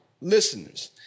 listeners